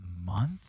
month